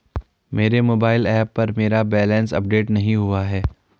मेरे mobile app पर मेरा बैलेंस अपडेट नहीं हुआ है